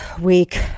week